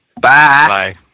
Bye